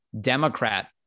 Democrat